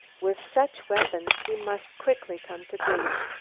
with such weapons he must quickly come to grief.